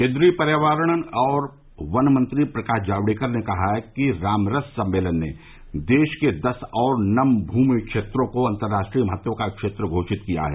केन्द्रीय पर्यावरण और वन मंत्री प्रकाश जावड़ेकर ने कहा है कि रामसर सम्मेलन ने देश के दस और नम भूमि क्षेत्रों को अंतर्राष्ट्रीय महत्व का क्षेत्र घोषित किया है